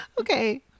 okay